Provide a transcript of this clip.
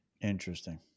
Interesting